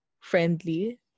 friendly